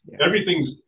Everything's